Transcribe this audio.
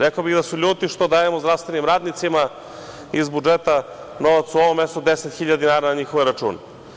Rekao bih da su ljuti što dajemo zdravstvenim radnicima iz budžeta novac u ovom mesecu 10 hiljada dinara na njihove račune.